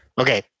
Okay